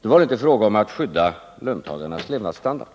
Då var det inte fråga om att skydda löntagarnas levnadsstandard.